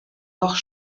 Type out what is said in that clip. noch